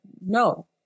No